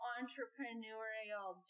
entrepreneurial